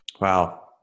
wow